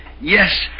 Yes